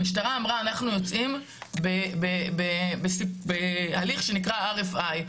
המשטרה אמרה שהיא יוצאת בהליך שנקרא RFI,